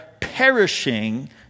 perishing